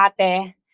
ate